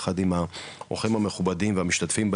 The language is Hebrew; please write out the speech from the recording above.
יחד עם האורחים המכובדים והמשתתפים בדיון,